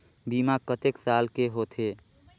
बीमा कतेक साल के होथे?